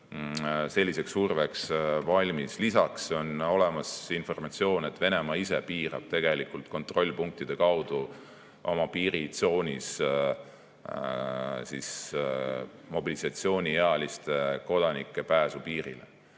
selliseks surveks valmis. Lisaks on olemas informatsioon, et Venemaa ise piirab kontrollpunktide kaudu oma piiritsoonis mobilisatsiooniealiste kodanike pääsu piirile.